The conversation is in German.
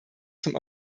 zum